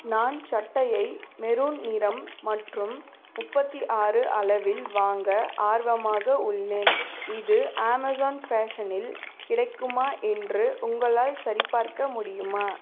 நான் சட்டையை மெரூன் நிறம் மற்றும் முப்பற்றி ஆறு அளவில் வாங்க ஆர்வமாக உள்ளேன் இது அமேசான் ஃபேஷனில் கிடைக்குமா என்று உங்களால் சரிபார்க்க முடியுமா